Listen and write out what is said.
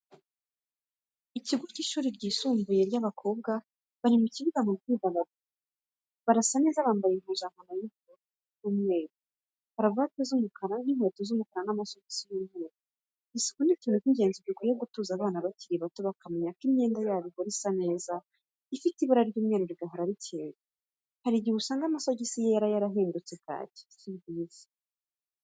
Ikigo cy'ishuri ryisumbuye ry'abakobwa, bari mu kibuga mu myidagaduro, barasa neza bambaye impuzankano y'ubururu n'umweru, karavate z'umukara, inkweto z'umukara n'amasogisi y'umweru. Isuku ni ikintu cy'ingenzi dukwiye gutoza abana bakiri bato bakamenya ko imyenda yabo ihora isa neza ifite ibara ry'umweru rigahora rikeye, hari igihe usanga amasogisi yera yarahindutse kaki si byiza.